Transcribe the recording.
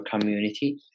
community